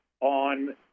on